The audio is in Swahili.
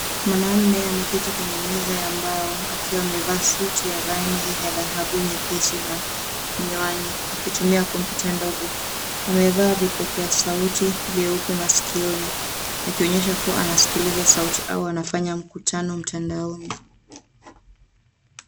Mwanaume ameketi kwenye meza ya mbao akiwa amevaa suti ya rangi ya dhahabu nyepesi na miwani, akitumia kompyuta ndogo. Amevaa vipokea sauti vyeupe masikioni, akionyesha kua anasikiliza sauti au anafanya mkutano mtandaoni.